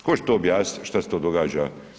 Tko će to objasnit što se to događa?